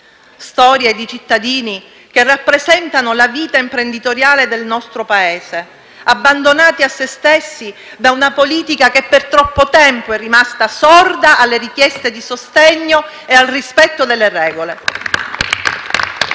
storie di cittadini che rappresentano la vita imprenditoriale del nostro Paese, abbandonati a se stessi da una politica che per troppo tempo è rimasta sorda alle richieste di sostegno e al rispetto delle regole.